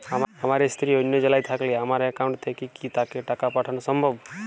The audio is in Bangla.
আমার স্ত্রী অন্য জেলায় থাকলে আমার অ্যাকাউন্ট থেকে কি তাকে টাকা পাঠানো সম্ভব?